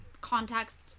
context